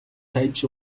types